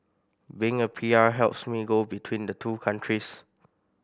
being a P R helps me go between the two countries